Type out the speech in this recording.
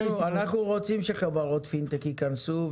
אנחנו רוצים שחברות פינטק ייכנסו,